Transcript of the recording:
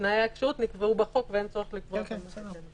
תנאי הכשירות נקבעו בחוק ואין צורך לקבוע --- בסדר.